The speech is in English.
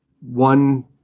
one